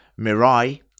Mirai